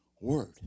word